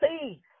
please